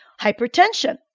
Hypertension